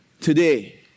Today